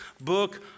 book